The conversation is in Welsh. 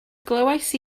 glywais